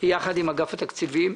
יחד עם אגף התקציבים.